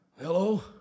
Hello